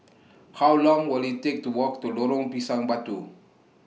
How Long Will IT Take to Walk to Lorong Pisang Batu